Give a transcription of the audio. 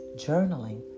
journaling